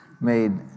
made